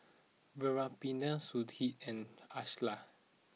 Veerapandiya Sudhir and Ashland